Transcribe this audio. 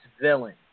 villain